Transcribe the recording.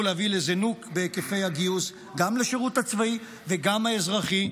להביא לזינוק בהיקפי הגיוס לשירות גם הצבאי וגם האזרחי.